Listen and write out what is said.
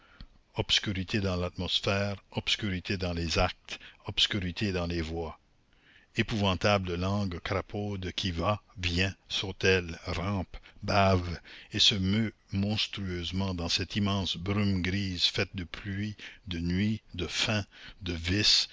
obscurité dans l'atmosphère obscurité dans les actes obscurité dans les voix épouvantable langue crapaude qui va vient sautèle rampe bave et se meut monstrueusement dans cette immense brume grise faite de pluie de nuit de faim de vice